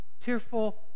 tearful